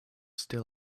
still